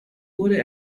wurde